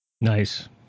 Nice